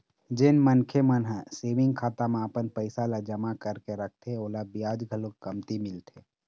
जेन मनखे मन ह सेविंग खाता म अपन पइसा ल जमा करके रखथे ओला बियाज घलोक कमती मिलथे